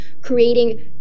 creating